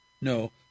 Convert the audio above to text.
No